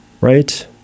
right